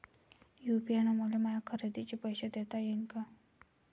UPI न मले माया खरेदीचे पैसे देता येईन का?